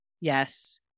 Yes